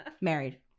Married